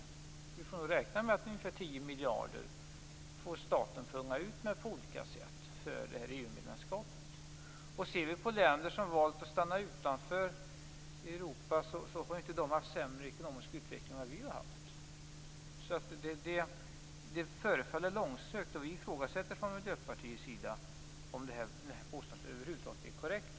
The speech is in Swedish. Vi får nog räkna med att staten får punga ut med ungefär 10 miljarder på olika sätt för EU-medlemskapet. Om vi ser på länder som valt att stanna utanför EU, har de inte haft en sämre ekonomisk utveckling än vad vi har haft. Detta påstående förefaller långsökt. Vi i Miljöpartiet ifrågasätter om det här påståendet över huvud taget är korrekt.